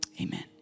Amen